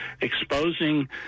exposing